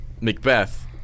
Macbeth